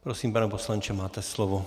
Prosím, pane poslanče, máte slovo.